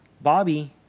Bobby